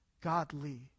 godly